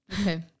Okay